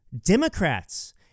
Democrats